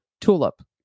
tulip